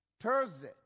Thursday